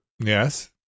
Yes